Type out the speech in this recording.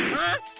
huh?